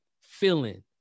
feeling